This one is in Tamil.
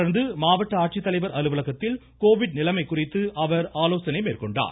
தொடர்ந்து மாவட்ட ஆட்சித்தலைவர் அலுவலகத்தில் கோவிட் நிலைமை குறித்து அவர் ஆலோசனை மேற்கொண்டார்